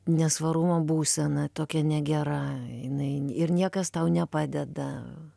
nesvarumo būsena tokia negera jinai ir niekas tau nepadeda